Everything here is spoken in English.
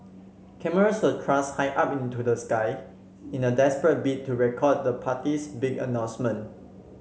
cameras were thrust high up into the sky in a desperate bid to record the party's big announcement